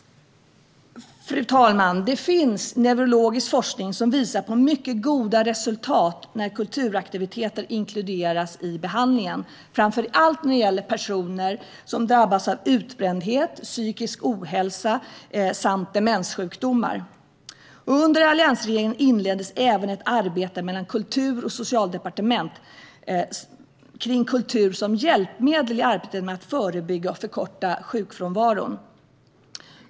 Fru talman! Det finns neurologisk forskning som visar på mycket goda resultat när kulturaktiviteter inkluderas i behandlingen. Framför allt gäller det personer som drabbas av utbrändhet, psykisk ohälsa samt demenssjukdomar. Under alliansregeringen inleddes även ett samarbete mellan Kulturdepartementet och Socialdepartementet kring kultur som hjälpmedel i arbetet med att förebygga och förkorta sjukfrånvaro.